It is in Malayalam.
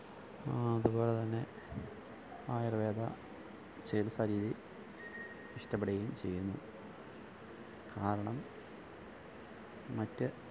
അതുപോലെതന്നെ ആയുര്വേദ ചികിത്സാരീതി ഇഷ്ടപ്പെടുകയും ചെയ്യുന്നു കാരണം മറ്റ്